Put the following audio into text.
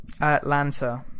Atlanta